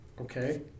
Okay